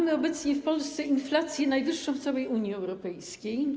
Mamy obecnie w Polsce inflację najwyższą w całej Unii Europejskiej.